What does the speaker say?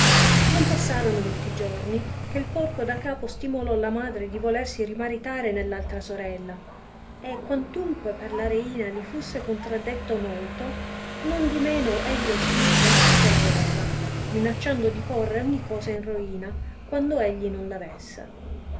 non passorono molti giorni che porco da capo stimolò la madre di volersi rimaritare nell'altra sorella e quantunque per la reina li fusse contraddetto molto nondimeno egli ostinato al tutto la voleva minacciando di porre ogni cosa in roina quando egli non